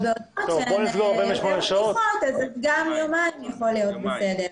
אם זה פחות, גם יומיים יכול להיות בסדר.